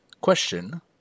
Question